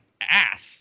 ass